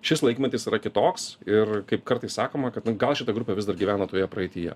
šis laikmetis yra kitoks ir kaip kartais sakoma kad nu gal šita grupė vis dar gyvena toje praeityje